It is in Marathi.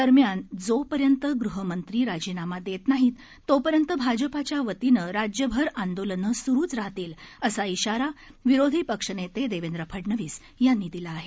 दरम्यान जोपर्यंत गृहमंत्री राजीनामा देत नाहीत तोपर्यंत भाजपाच्या वतीनं राज्यभर आंदोलनं सुरुव राहतील असा इशारा विरोधी पक्षनेते देवेंद्र फडनवीस यांनी दिला आहे